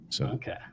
Okay